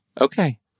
Okay